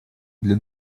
для